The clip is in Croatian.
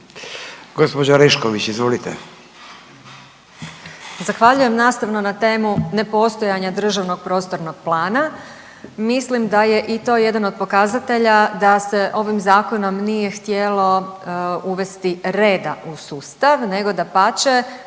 Gospodina Pavića, izvolite.